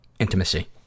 intimacy